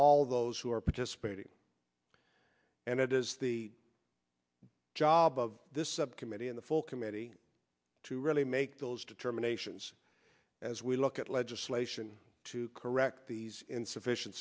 all those who are participating and it is the job of this subcommittee in the full committee to really make those determinations as we look at legislation to correct these insufficien